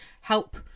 help